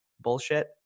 bullshit